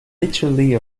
literally